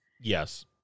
Yes